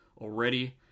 already